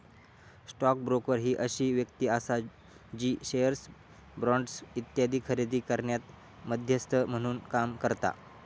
stock broker ही अशी व्यक्ती आसा जी शेअर्स, बॉण्ड्स इत्यादी खरेदी करण्यात मध्यस्थ म्हणून काम करता